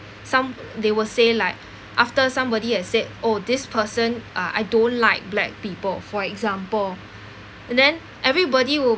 some they will say like after somebody has said oh this person uh I don't like black people for example and then everybody will